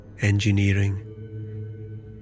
Engineering